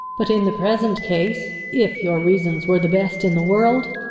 but in the present case, if your reasons were the best in the world,